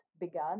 began